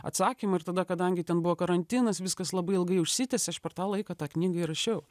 atsakymą ir tada kadangi ten buvo karantinas viskas labai ilgai užsitęsė aš per tą laiką tą knygą ir rašiau